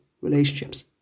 relationships